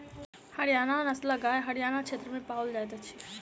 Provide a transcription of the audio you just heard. हरयाणा नस्लक गाय हरयाण क्षेत्र में पाओल जाइत अछि